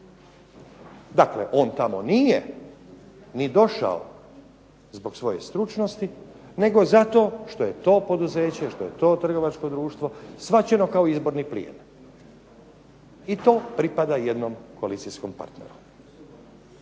Dakle, on tamo nije ni došao zbog svoje stručnosti, nego zato što je to poduzeće, što je to trgovačko društvo shvaćeno kao izborni plijen i to pripada jednom koalicijskom partneru.